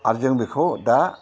आरो जों बेखौ दा